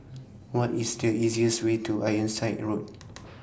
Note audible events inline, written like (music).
What IS The easiest Way to Ironside Road (noise)